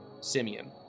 Simeon